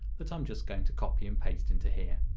that i'm just going to copy and paste into here.